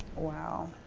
wow.